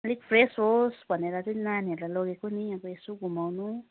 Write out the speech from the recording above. अलिक फ्रेस होस् भनेर चाहिँ नानीहरूलाई लगेको नि अब यसो घुमाउनु